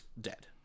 dead